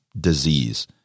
disease